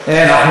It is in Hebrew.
היושב-ראש?